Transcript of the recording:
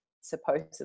supposedly